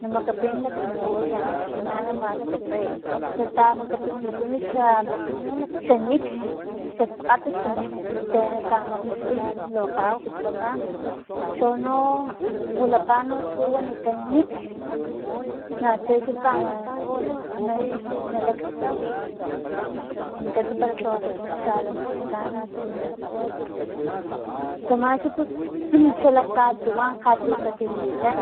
Namakapin nak mi olla tina na maskgokgey osu tamakapinikutun xa- xanipx xaskgata xa nipx pus tse natamakapin lo kgama xa tsama chono wilapa no tu wanikan nipx natse na tsamani na- na- na laktsiliy, minkats para lhawakatun xa a la mexicana tse na lhaway porque tsama xa pus xalak katuwan jatu katililan